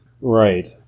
Right